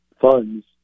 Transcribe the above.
funds